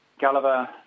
Gulliver